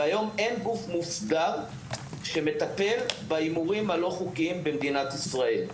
והיום אין גוף מוסדר שמטפל בהימורים הלא חוקיים במדינת ישראל.